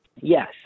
Yes